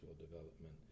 development